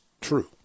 true